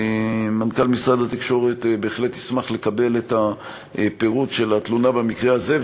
מנכ"ל משרד התקשורת בהחלט ישמח לקבל את הפירוט של התלונה במקרה הזה,